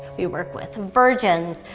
we work with virgins.